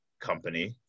company